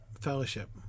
fellowship